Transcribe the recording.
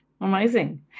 Amazing